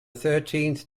thirteenth